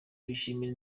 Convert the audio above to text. bishimira